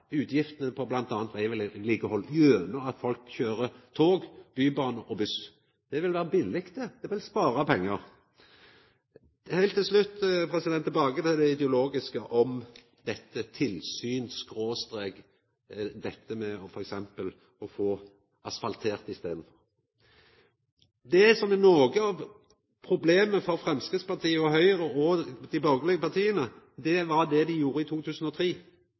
utgiftene til m.a. vegvedlikehald gjennom at folk kjører tog, bybane og buss. Det vil vera billig, det vil spara pengar. Heilt til slutt tilbake til det ideologiske om tilsyn/asfaltering. Det som er noko av problemet for Framstegspartiet og Høgre og dei borgarlege partia, er det dei gjorde i 2003.